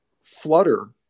flutter